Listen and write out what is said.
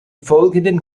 folgenden